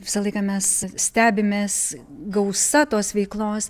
visą laiką mes stebimės gausa tos veiklos